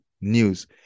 News